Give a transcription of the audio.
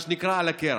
מה שנקרא על הקרח.